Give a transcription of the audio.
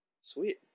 Sweet